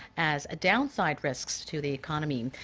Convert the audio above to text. as downside risks to the economy.